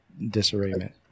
disarrayment